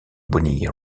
bonnie